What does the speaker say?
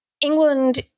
England